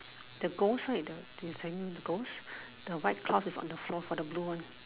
the ghost right the this hanging the ghost the white cloth is on the floor for the blue one